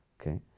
okay